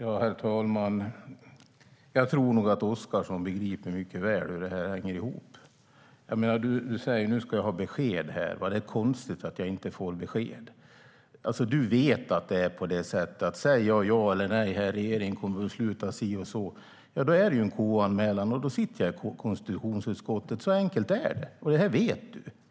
Herr talman! Jag tror att du begriper mycket väl hur det hänger ihop, Mikael Oscarsson. Du säger att du ska ha besked och att det är konstigt att du inte får det. Men du vet att det blir en KU-anmälan om jag säger ja eller nej här eller att regeringen kommer att besluta si eller så. Då får jag sitta i konstitutionsutskottet. Så enkelt är det, och det vet du.